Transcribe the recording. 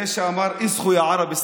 זה שאמר: (אומר בערבית: